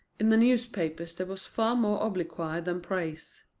in the newspapers there was far more obloquy than praise.